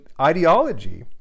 ideology